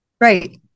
Right